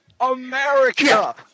America